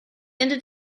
ended